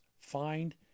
Find